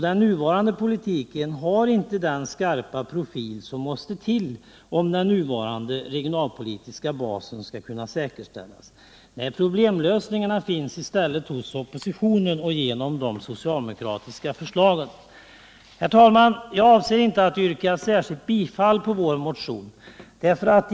Den nuvarande politiken har inte den skarpa profil som måste till om den nuvarande regionalpolitiska basen skall kunna säkerställas. Nej, problemlösningarna finns i stället hos oppositionen genom de socialdemokratiska förslagen. Jag avser inte att yrka bifall till vår motion.